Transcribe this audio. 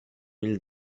mille